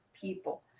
people